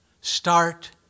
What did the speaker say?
start